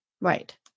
Right